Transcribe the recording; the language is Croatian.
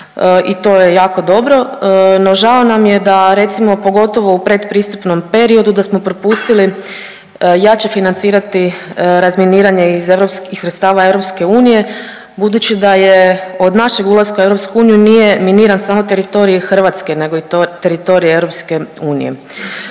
i to je jako dobro, no žao nam je da recimo pogotovo u pretpristupnom periodu da smo propustili jače financirati razminiranje iz europskih, iz sredstava EU budući da je, od našeg ulaska u EU nije miniran samo teritorij Hrvatske nego i teritorij EU.